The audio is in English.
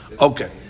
Okay